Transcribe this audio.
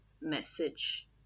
message